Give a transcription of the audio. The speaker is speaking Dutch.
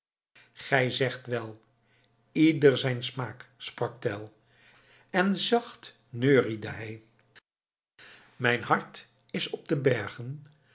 gij zegt wèl ieder zijn smaak sprak tell en zacht neuriede hij mijn hart is op de bergen